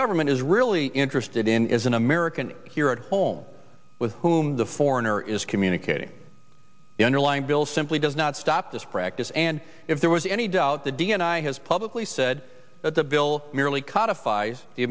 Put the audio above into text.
government is really interested in is an american here at home with the foreigner is communicating the underlying bill simply does not stop this practice and if there was any doubt the d n i has publicly said that the bill merely